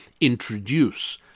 introduce